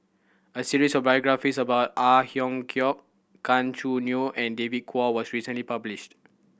a series of biographies about Ang Hiong Chiok Gan Choo Neo and David Kwo was recently published